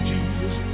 Jesus